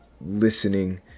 listening